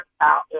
Out